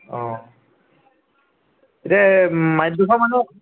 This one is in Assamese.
অঁ এতিয়া এই মাটিডোখৰ মানে